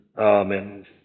Amen